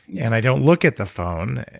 and i don't look at the phone.